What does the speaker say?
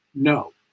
No